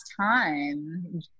time